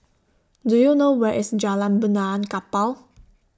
Do YOU know Where IS Jalan Benaan Kapal